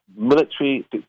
military